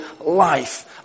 life